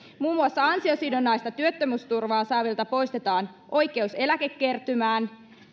muun muassa ansiosidonnaista työttömyysturvaa saavilta poistetaan oikeus eläkekertymään